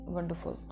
Wonderful